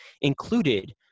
included